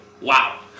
Wow